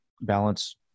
balance